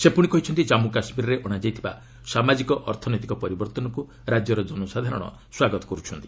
ସେ କହିଛନ୍ତି ଜାମ୍ମୁ କାଶ୍ମୀରରେ ଅଣାଯାଇଥିବା ସାମଜିକ ଅର୍ଥନୈତିକ ପରିବର୍ତ୍ତନକୁ ରାଜ୍ୟର ଜନସାଧାରଣ ସ୍ୱାଗତ କରୁଛନ୍ତି